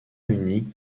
uni